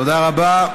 תודה רבה.